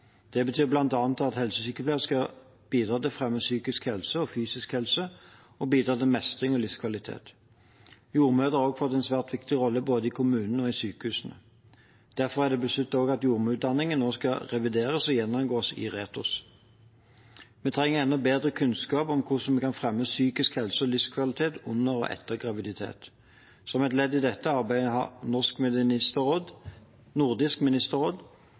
Det betyr bl.a. at helsesykepleiere skal bidra til å fremme psykisk og fysisk helse og bidra til mestring og livskvalitet. Jordmødre har også fått en svært viktig rolle både i kommunene og i sykehusene. Derfor er det besluttet at også jordmorutdanningen skal revideres og gjennomgås i RETHOS. Vi trenger enda bedre kunnskap om hvordan vi kan fremme psykisk helse og livskvalitet under og etter graviditet. Som et ledd i dette arbeidet har Nordisk ministerråd